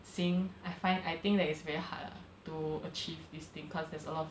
sing I find I think that it's very hard ah to achieve this thing cause there's a lot